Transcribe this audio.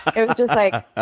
it was just like,